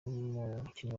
n’umukinnyi